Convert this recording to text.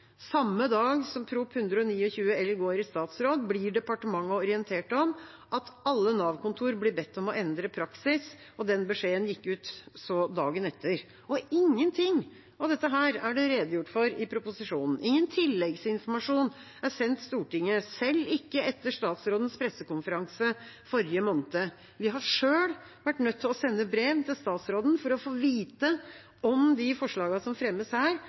Samme dag som Prop. 129 L går i statsråd, blir departementet orientert om at alle Nav-kontor blir bedt om å endre praksis, og den beskjeden går så ut dagen etter. Ingenting av dette er det redegjort for i proposisjonen, ingen tilleggsinformasjon er sendt Stortinget, selv ikke etter statsrådens pressekonferanse i forrige måned. Vi har selv vært nødt til å sende brev til statsråden for å få vite om de forslagene som fremmes her,